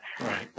Right